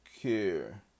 care